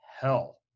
hell